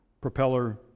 propeller